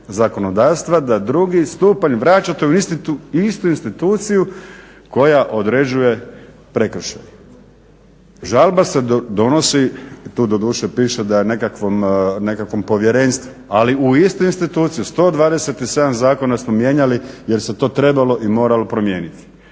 zakonodavstva da drugi stupanj vraćate u istu instituciju koja određuje prekršaj. Žalba se donosi tu doduše piše da nekakvom povjerenstvu, ali u istu instituciju, 127 zakona smo mijenjali jer se to trebalo i moralo promijeniti.